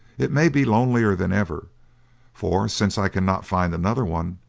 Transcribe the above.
it might be lonelier than ever for since i cannot find another one,